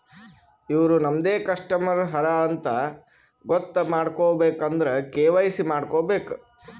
ಇವ್ರು ನಮ್ದೆ ಕಸ್ಟಮರ್ ಹರಾ ಅಂತ್ ಗೊತ್ತ ಮಾಡ್ಕೋಬೇಕ್ ಅಂದುರ್ ಕೆ.ವೈ.ಸಿ ಮಾಡ್ಕೋಬೇಕ್